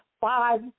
five